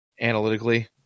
analytically